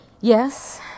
Yes